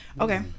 Okay